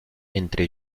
entre